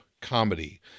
comedy